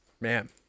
man